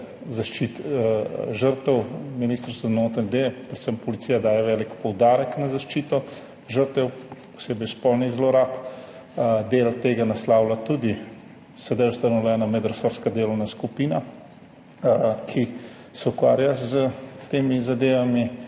vseh žrtev, Ministrstvo za notranje zadeve, predvsem Policija daje velik poudarek na zaščito žrtev, posebej spolnih zlorab. Del tega naslavlja tudi sedaj ustanovljena medresorska delovna skupina, ki se ukvarja s temi zadevami.